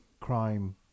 crime